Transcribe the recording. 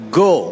go